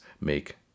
make